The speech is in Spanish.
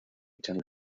channel